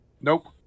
Nope